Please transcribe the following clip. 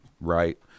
right